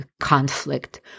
conflict